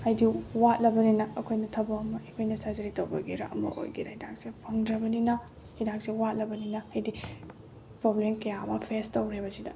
ꯍꯥꯏꯗꯤ ꯋꯥꯠꯂꯕꯅꯤꯅ ꯑꯩꯈꯣꯏꯅ ꯊꯕꯛ ꯑꯃ ꯑꯩꯈꯣꯏꯅ ꯁꯔꯖꯔꯤ ꯇꯧꯕꯒꯤꯔ ꯑꯃ ꯑꯣꯏꯒꯦꯔ ꯍꯤꯗꯥꯛꯁꯦ ꯐꯪꯗ꯭ꯔꯕꯅꯤꯅ ꯍꯤꯗꯥꯛꯁꯦ ꯋꯥꯠꯂꯕꯅꯤꯅ ꯍꯥꯏꯗꯤ ꯄ꯭ꯔꯣꯕ꯭ꯂꯦꯝ ꯀꯌꯥ ꯑꯃ ꯐꯦꯁ ꯇꯧꯔꯦꯕ ꯁꯤꯗ